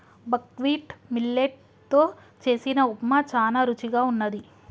buckwheat millet తో చేసిన ఉప్మా చానా రుచిగా వున్నది